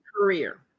career